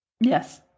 Yes